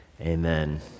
Amen